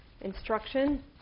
instruction